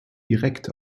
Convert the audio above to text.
direkt